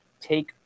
take